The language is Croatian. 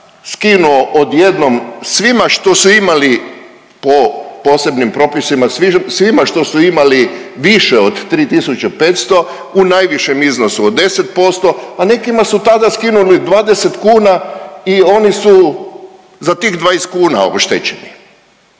skinuo odjednom svima što su imali po posebnim propisima, svima što su imali više u 3.500 u najvišem iznosu od 10%, a nekima su tada skinuli 20 kuna i oni su za tih 20 kuna oštećeni.